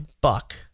buck